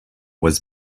was